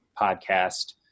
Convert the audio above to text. podcast